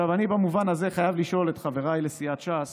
במובן הזה, אני חייב לשאול את חבריי לסיעת ש"ס.